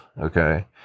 Okay